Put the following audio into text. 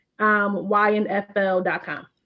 YNFL.com